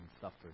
suffered